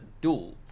duel